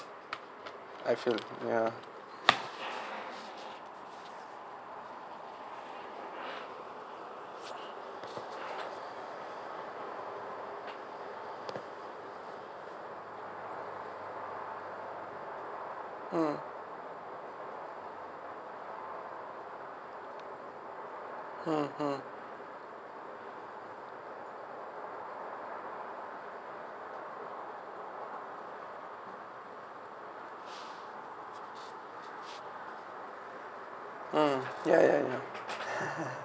I feel ya mm mm mm mm ya ya ya